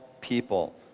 people